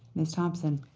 ms. thompson.